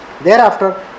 Thereafter